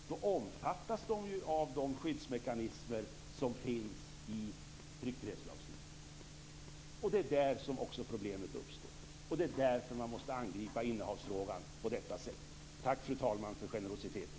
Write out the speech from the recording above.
De omfattas ju av de skyddsmekanismer som finns i tryckfrihetslagstiftningen. Det är där problemet uppstår, och det är därför man måste angripa innehavsfrågan på detta sätt. Tack, fru talman, för generositeten.